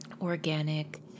organic